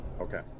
Okay